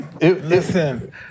Listen